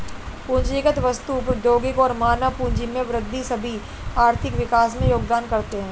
पूंजीगत वस्तु, प्रौद्योगिकी और मानव पूंजी में वृद्धि सभी आर्थिक विकास में योगदान करते है